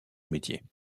métier